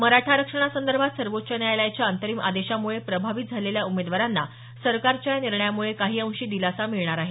मराठा आरक्षणासंदर्भात सर्वोच्च न्यायालयाच्या अंतरिम आदेशामुळे प्रभावित झालेल्या उमेदवारांना सरकारच्या या निर्णयामुळे काही अंशी दिलासा मिळणार आहे